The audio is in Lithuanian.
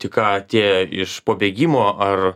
tik ką atėję iš po bėgimo ar